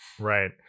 Right